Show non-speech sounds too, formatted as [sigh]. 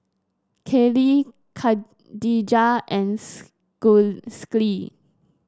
Kallie Kadijah and [unintelligible] Schley